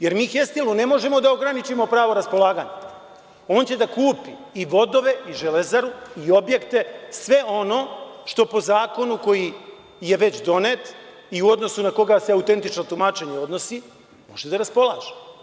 Jer mi „Hestilo“ ne možemo da ograničimo pravo raspolaganja, on će da kupi i vodove i „Železaru“ i objekte, sve ono što po zakonu koji je već donet i u odnosu na koga se autentično tumačenje odnosi, može da raspolaže.